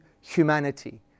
humanity